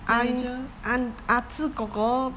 the manager